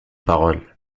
paroles